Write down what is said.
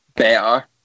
better